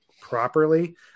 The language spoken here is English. properly